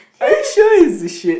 are you sure it's a shit